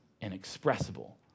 inexpressible